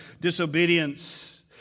disobedience